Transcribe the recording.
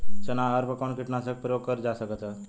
चना अरहर पर कवन कीटनाशक क प्रयोग कर जा सकेला?